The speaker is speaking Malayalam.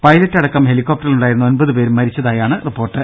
പൈലറ്റ് അടക്കം ഹെലികോപ്റ്ററിലുണ്ടായിരുന്ന ഒൻപതുപേരും മരിച്ചതായാണ് റിപ്പോർട്ട്